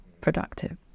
productive